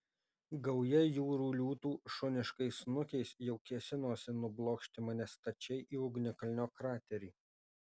gauja jūrų liūtų šuniškais snukiais jau kėsinosi nublokšti mane stačiai į ugnikalnio kraterį